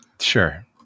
Sure